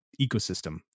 ecosystem